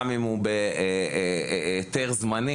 גם אם הוא בהיתר זמני,